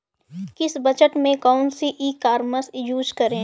कम budget में कौन सी ई कॉमर्स यूज़ करें?